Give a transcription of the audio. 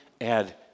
add